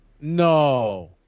No